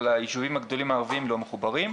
אבל היישובים הערביים הגדולים לא מחוברים.